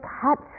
cut